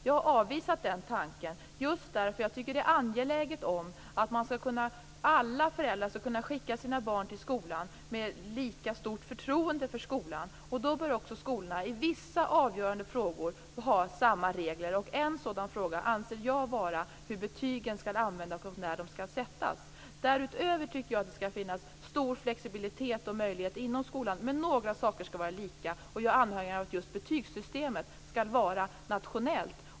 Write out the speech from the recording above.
Jag har avvisat den tanken just för att jag tycker att det är angeläget att alla föräldrar skall kunna skicka sina barn till skolan med lika stort förtroende. Då bör också skolorna i vissa avgörande frågor få ha samma regler, och en sådan fråga anser jag vara hur betygen skall användas och när de skall sättas. Därutöver tycker jag att det skall finnas stor flexibilitet och stora möjligheter inom skolan. Men några saker skall vara lika. Jag är alltså anhängare av att just betygssystemet skall vara nationellt.